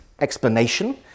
explanation